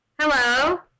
Hello